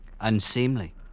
Unseemly